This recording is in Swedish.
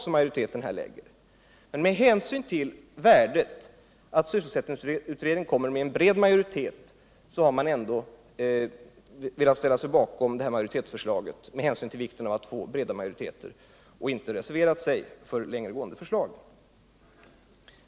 Med hänsyn till värdet av en bred majoritet bakom sysselsättningsutredningens förslag, har man ändå velat ställa sig bakom majoritetsförslaget och därför har man inte reserverat sig för mera långtgående förslag.